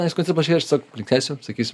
aišku atsiprašei aš sak linksėsiu sakysim